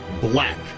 Black